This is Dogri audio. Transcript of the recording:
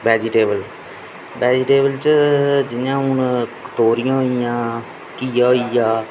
वैजिटेबल वैजिटेबल च जि'यां हून तोरियां होई गेइयां घिया होई गेआ